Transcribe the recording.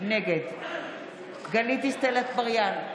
נגד גלית דיסטל אטבריאן,